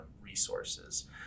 resources